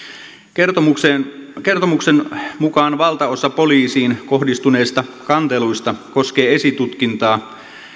kertomuksen kertomuksen mukaan valtaosa poliisiin kohdistuneista kanteluista koskee esitutkintaa